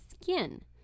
skin